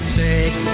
take